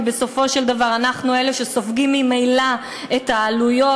כי בסופו של דבר אנחנו אלה שסופגים ממילא את העלויות,